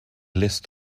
list